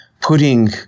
putting